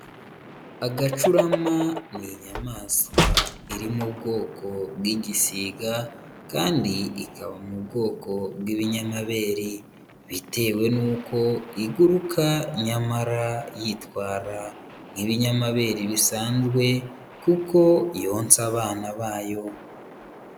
Agacurama ni inyamaswa iri ubwoko bw'igisiga, kandi ikaba mu bwoko bw'ibinyamabere, bitewe n'uko iguruka nyamara yitwara nk'ibinyamabere bisanzwe, kuko yonsa abana bayo.